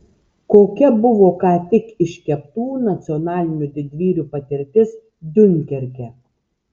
kokia buvo ką tik iškeptų nacionalinių didvyrių patirtis diunkerke